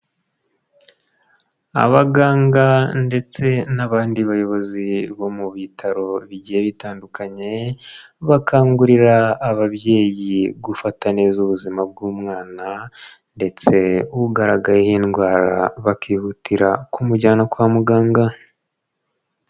Abaganga ndetse n'abandi bayobozi bo mu bitaro bigiye bitandukanye, bakangurira ababyeyi gufata neza ubuzima bw'umwana ndetse ugaragayeho ndwara bakihutira kumujyana kwa muganga.